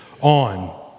on